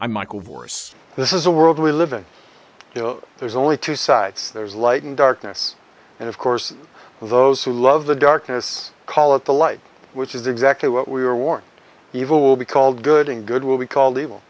i'm michael wars this is a world we live in there's only two sides there's light and darkness and of course those who love the darkness call it the light which is exactly what we were warned evil will be called good and good will be called evil